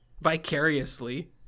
vicariously